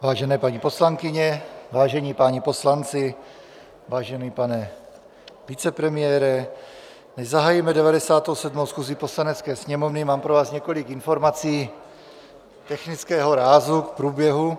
Vážené paní poslankyně, vážení páni poslanci, vážený pane vicepremiére, než zahájíme 97. schůzi Poslanecké sněmovny, mám pro vás několik informací technického rázu k průběhu.